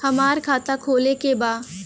हमार खाता खोले के बा?